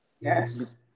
Yes